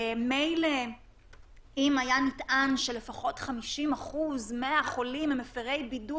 מילא אם היה נטען שלפחות 50% מהחולים הם מפרי בידוד